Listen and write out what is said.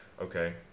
Okay